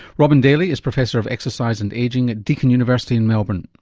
robin daly is professor of exercise and ageing at deakin university in melbourne.